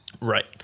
Right